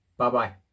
Bye-bye